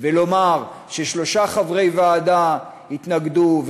ולומר ששלושה חברי ועדה התנגדו,